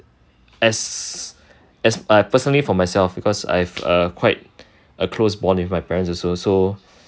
as as uh personally for myself because I have quite a close bond with my parents also so